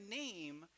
name